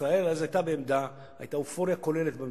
ישראל אז היתה בעמדה, היתה אופוריה כוללת במדינה.